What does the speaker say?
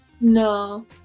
No